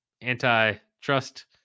anti-trust